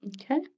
Okay